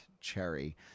cherry